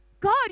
God